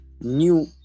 new